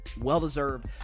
well-deserved